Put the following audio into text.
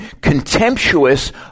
contemptuous